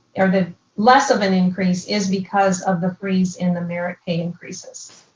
or the less of an increase is because of the freeze in the merit pay increases.